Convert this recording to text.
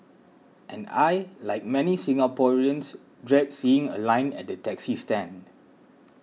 and I like many Singaporeans dread seeing a line at the taxi stand